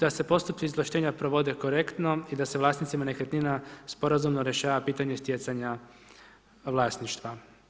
Da se postupci izvlaštenja provode korektno i da se vlasnicima nekretnina sporazumno rješava pitanje stjecanja vlasništva.